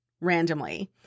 randomly